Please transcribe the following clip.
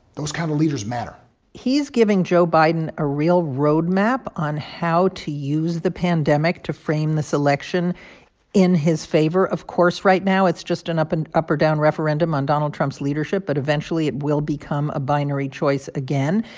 those kind of leaders matter he's giving joe biden a real roadmap on how to use the pandemic to frame this election in his favor. of course, right now, it's just an up an up or down referendum on donald trump's leadership. but eventually, it will become a binary choice again.